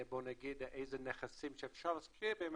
איזה נכסים שאפשר להשקיע בהם,